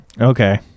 okay